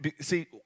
see